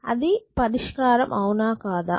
అది పరిష్కారం అవునా కాదా